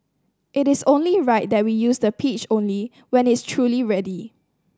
it is only right that we use the pitch only when it's truly ready